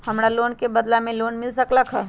हमरा सोना के बदला में लोन मिल सकलक ह?